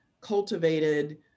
cultivated